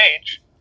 age